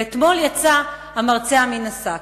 ואתמול יצא המרצע מן השק.